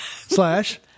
slash